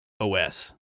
os